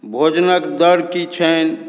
भोजनके दर की छनि